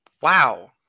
Wow